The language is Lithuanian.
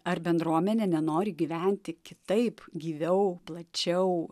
ar bendruomenė nenori gyventi kitaip gyviau plačiau